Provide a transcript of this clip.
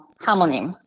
harmony